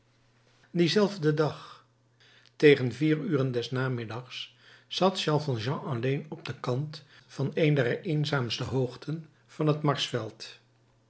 dienzelfden dag tegen vier uren des namiddags zat jean valjean alleen op den kant van een der eenzaamste hoogten van het